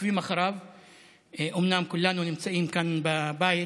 עוקבים אחריו, אומנם כולנו נמצאים כאן בבית,